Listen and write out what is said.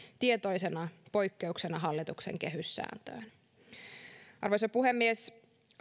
tietoisena poikkeuksena hallituksen kehyssääntöön arvoisa puhemies